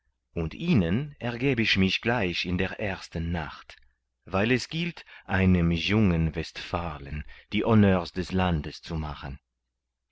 und ihnen ergeb ich mich gleich in der ersten nacht weil es gilt einem jungen westfalen die honneurs des landes zu machen